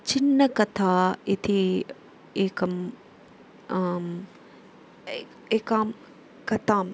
छिन्नकथा इति एकम् एकां कथाम्